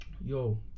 yo